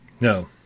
No